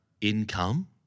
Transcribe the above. income